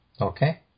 Okay